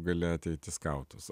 gali ateiti į skautus